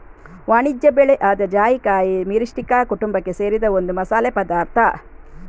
ವಾಣಿಜ್ಯ ಬೆಳೆ ಆದ ಜಾಯಿಕಾಯಿ ಮಿರಿಸ್ಟಿಕಾ ಕುಟುಂಬಕ್ಕೆ ಸೇರಿದ ಒಂದು ಮಸಾಲೆ ಪದಾರ್ಥ